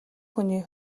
хүний